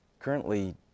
Currently